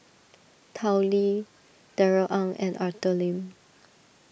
Tao Li Darrell Ang and Arthur Lim